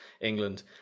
england